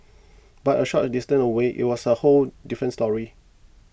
but a short a distance away it was a whole different story